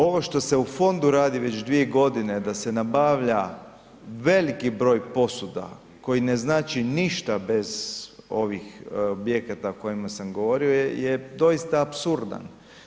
Ovo što ste u fondu radi već 2 g. da se nabavlja veliki broj posuda koji ne znači ništa bez ovih objekata o kojima sam govorio je doista apsurdan.